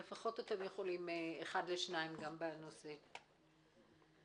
אני רוצה לעבור למשרד הפנים,